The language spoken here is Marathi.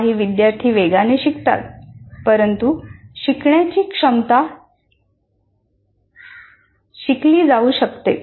काही विद्यार्थी वेगाने शिकतात परंतु शिकण्याची क्षमता शिकली जाऊ शकते